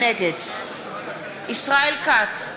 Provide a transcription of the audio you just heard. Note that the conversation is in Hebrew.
נגד ישראל כץ,